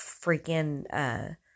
freaking